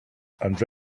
and